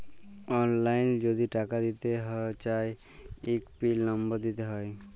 অললাইল যদি টাকা দিতে চায় ইক পিল লম্বর দিতে হ্যয়